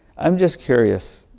i'm just curious,